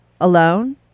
alone